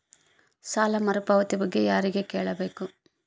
ಸಾಲ ಮರುಪಾವತಿ ಬಗ್ಗೆ ಯಾರಿಗೆ ಕೇಳಬೇಕು?